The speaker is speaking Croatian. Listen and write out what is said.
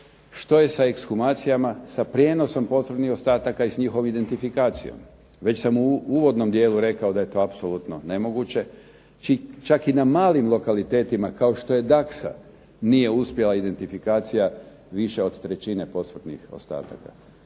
što je sa ekshumacijama, sa prijenosom posmrtnih ostataka i s njihovom identifikacijom? Već sam u uvodnom dijelu rekao da je to apsolutno nemoguće, čak i na malim lokalitetima kao što je Daksa nije uspjela identifikacija više od trećine posmrtnih ostataka.